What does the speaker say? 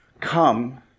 Come